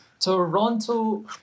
Toronto